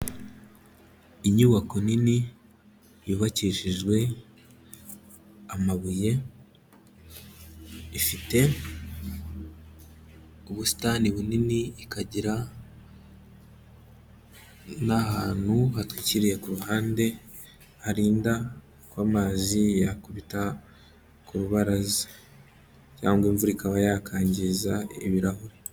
Inyubako nini yubakishijwe amabuye, ifite ubusitani bunini, ikagira n'ahantu hatwikiriye ku ruhande harinda ko amazi yakubita ku rubaraza cyangwa imvura ikaba yakangiza ibirahuri.